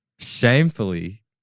Shamefully